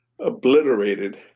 obliterated